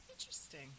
Interesting